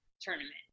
tournament